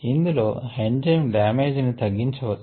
అందులో enzyme damage ని తగ్గించ వచ్చు